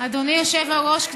אדוני היושב-ראש,